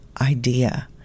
idea